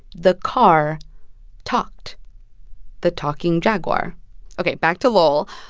the car talked the talking jaguar ok, back to lowell.